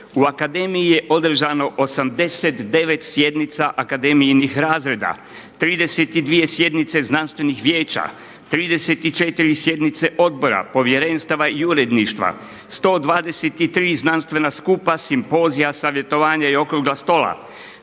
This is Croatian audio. U Akademiji je održano 89 sjednica akademijinih razreda, 32 sjednice znanstvenih vijeća, 34 sjednice odbora, povjerenstava i uredništva, 123 znanstvena skupa, simpozija, savjetovanja i okrugla stola,